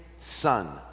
son